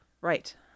Right